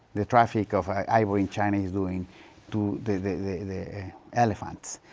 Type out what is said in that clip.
the traffick of, ah, ivory in china is doing to the, the, the the elephants.